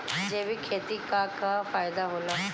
जैविक खेती क का फायदा होला?